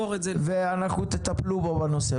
ותטפלו בנושא.